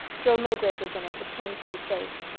joe milgrave was in it but came through safe.